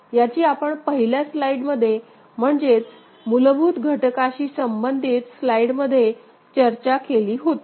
याची आपण पहिल्या स्लाइड मध्ये म्हणजेच मूलभूत घटकाशी संबंधित स्लाइडमध्ये चर्चा केली होती